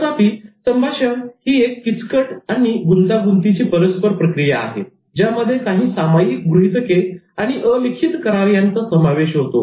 तथापि संभाषण ही एक किचकटगुंतागुंतीची परस्पर प्रक्रिया आहे ज्यामध्ये काही सामायिक गृहितके आणि अलिखित करार यांचा समावेश होतो